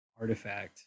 artifact